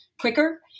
quicker